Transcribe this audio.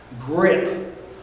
grip